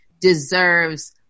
deserves